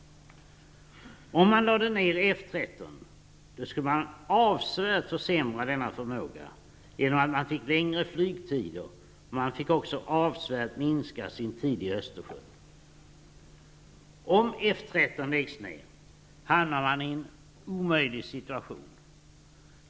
Om F 13 lades ner skulle man därmed avsevärt försämra denna förmåga genom att det skulle bli längre flygtider. Dessutom skulle man avsevärt minska tiden över Östersjön. Om F 13 läggs ned, hamnar man i en omöjlig situation.